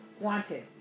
wanted